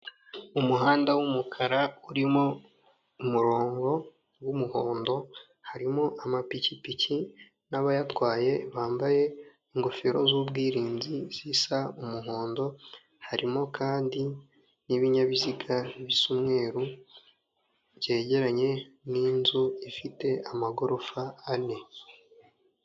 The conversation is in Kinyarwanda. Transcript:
Umuhanda w'umukara urimo umurongo w'umuhondo, harimo amapikipiki n'abayatwaye bambaye ingofero z'ubwirinzi zisa umuhondo, harimo kandi n'ibinyabiziga bisa umweru byegeranye n'inzu ifite amagorofa ane.